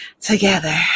together